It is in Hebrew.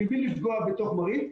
בלי לפגוע בתוך מרעית.